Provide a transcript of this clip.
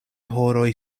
horoj